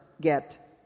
get